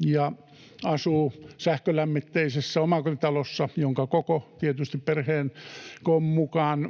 joka asuu sähkölämmitteisessä omakotitalossa, jonka koko tietysti perheen koon mukaan